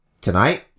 Tonight